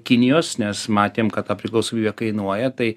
kinijos nes matėm kad ta priklausomybė kainuoja tai